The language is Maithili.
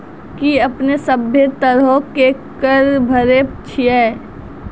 कि अपने सभ्भे तरहो के कर भरे छिये?